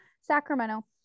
Sacramento